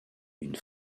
une